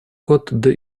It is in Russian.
кот